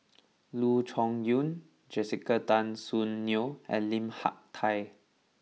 Loo Choon Yong Jessica Tan Soon Neo and Lim Hak Tai